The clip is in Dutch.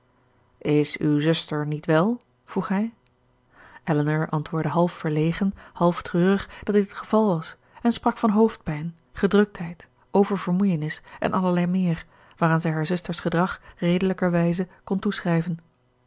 is uw zuster niet wel vroeg hij elinor antwoordde half verlegen half treurig dat dit het geval was en sprak van hoofdpijn gedruktheid over vermoeienis en allerlei meer waaraan zij haar zuster's gedrag redelijkerwijze kon toeschrijven